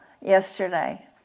yesterday